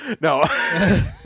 no